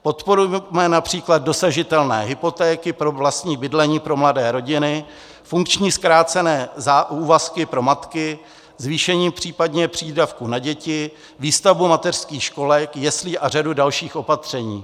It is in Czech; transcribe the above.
Podporujme například dosažitelné hypotéky pro vlastní bydlení pro mladé rodiny, funkční zkrácené úvazky pro matky, případně zvýšení přídavků na děti, výstavbu mateřských školek, jeslí a řadu dalších opatření.